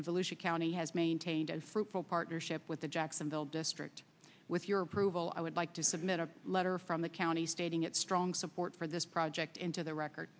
and volusia county has maintained as fruitful partnership with the jacksonville district with your approval i would like to submit a letter from the county stating its strong support for this project into the record